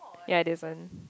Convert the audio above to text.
ya it isn't